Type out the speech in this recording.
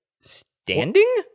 Standing